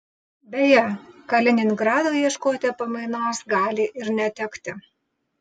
beje kaliningradui ieškoti pamainos gali ir netekti